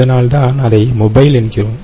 அதனால்தான் அதை மொபைல் என்கிறோம்